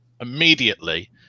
immediately